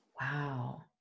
Wow